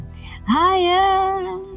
higher